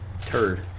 turd